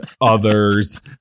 others